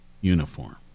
uniform